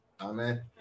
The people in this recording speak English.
Amen